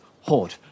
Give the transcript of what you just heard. hoard